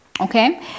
Okay